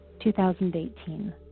2018